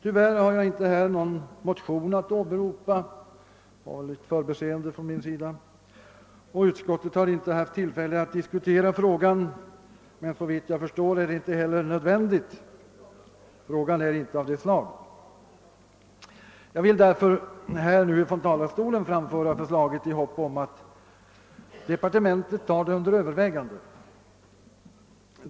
Tyvärr har jag inte härvidlag någon motion att åberopa — det är ett förbiseende av mig — och utskottet har inte haft tillfälle att diskutera frågan, men såvitt jag förstår är det inte heller nödvändigt; frågan är inte av det slaget. Jag vill därför här ifrån talarstolen framföra förslaget i hopp om att departementet tar det under övervägande.